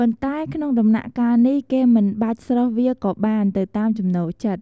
ប៉ុន្តែក្នុងដំណាក់កាលនេះគេមិនបាច់ស្រុះវាក៏បានទៅតាមចំណូលចិត្ត។